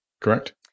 correct